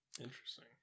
Interesting